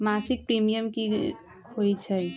मासिक प्रीमियम की होई छई?